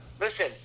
Listen